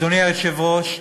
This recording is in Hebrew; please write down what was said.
אדוני היושב-ראש,